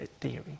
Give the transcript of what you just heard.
theory